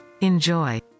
Enjoy